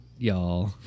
y'all